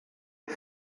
qué